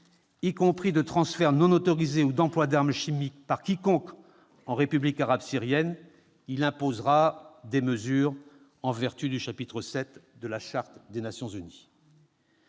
y compris de transfert non autorisé ou d'emploi d'armes chimiques par quiconque en République arabe syrienne, il imposera des mesures en vertu du Chapitre VII de la Charte des Nations unies